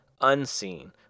unseen